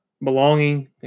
belonging